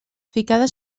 ficada